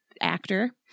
actor